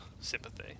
sympathy